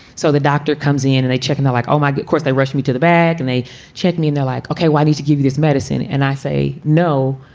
so the doctor comes in and they check in. they're like, oh, my god. course, they rushed me to the bag and they checked me in. they're like, okay, why need to give this medicine? and i say, no,